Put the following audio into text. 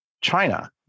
China